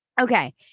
Okay